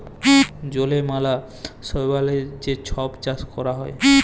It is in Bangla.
জলে ম্যালা শৈবালের যে ছব চাষ ক্যরা হ্যয়